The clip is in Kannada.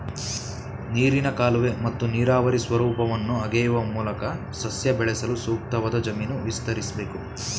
ನೀರಿನ ಕಾಲುವೆ ಮತ್ತು ನೀರಾವರಿ ಸ್ವರೂಪವನ್ನು ಅಗೆಯುವ ಮೂಲಕ ಸಸ್ಯ ಬೆಳೆಸಲು ಸೂಕ್ತವಾದ ಜಮೀನು ವಿಸ್ತರಿಸ್ಬೇಕು